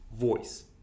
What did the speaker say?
voice